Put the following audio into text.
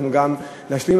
אני גם אשלים,